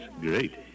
Great